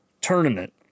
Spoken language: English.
tournament